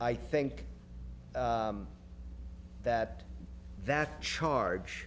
i think that that charge